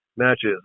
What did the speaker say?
Matches